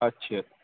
ਅੱਛਾ